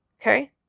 Okay